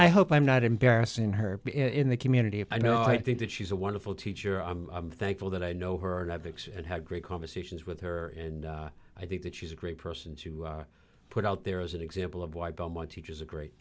i hope i'm not embarrassing her in the community if i know i think that she's a wonderful teacher i'm thankful that i know her and i vix and have great conversations with her and i think that she's a great person to put out there as an example of why belmont teaches a great